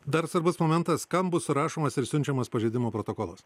dar svarbus momentas kam bus rašomas ir siunčiamas pažeidimo protokolas